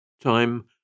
Time